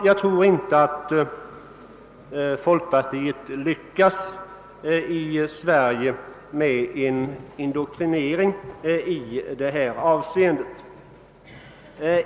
Jag tror inte att folkpartiet lyckas i Sverige med en indoktrinering i detta avseende.